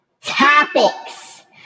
topics